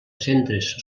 centres